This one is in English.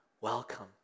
Welcome